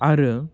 आरो